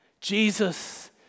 Jesus